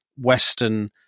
western